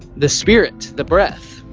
the spirit, the breath.